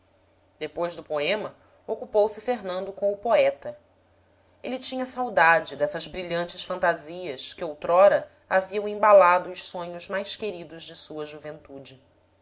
depois do poema ocupou se fernando com o poeta ele tinha saudade dessas brilhantes fantasias que outrora haviam embalado os sonhos mais queridos de sua juventude